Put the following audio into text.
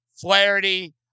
Flaherty